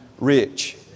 rich